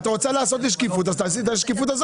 את רוצה לעשות שקיפות, אז תעשי את השקיפות.